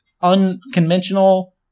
unconventional